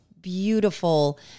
beautiful